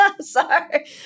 Sorry